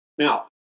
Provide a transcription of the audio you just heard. Now